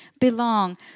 belong